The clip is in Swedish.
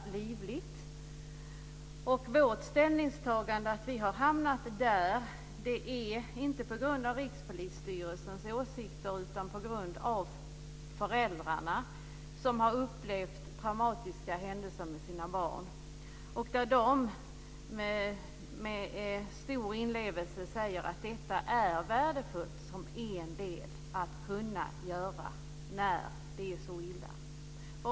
Att vi har hamnat vid vårt ställningstagande beror inte på Rikspolisstyrelsens åsikter utan på föräldrarna, som har upplevt traumatiska händelser med sina barn. De säger med stor inlevelse att det är värdefullt att kunna göra ett drogtest som en del när det är så illa.